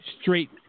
straight